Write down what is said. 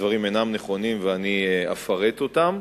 הדברים אינם נכונים, ואני אפרט אותם.